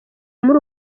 muri